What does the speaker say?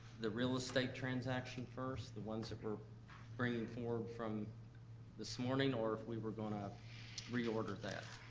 the real estate transaction first, the ones that were bringing forward from this morning, or if we were gonna reorder that.